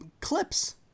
clips